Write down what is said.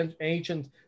ancient